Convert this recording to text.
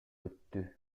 өттү